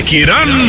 Kiran